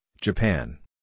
Japan